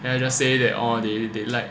then I just say that oh they like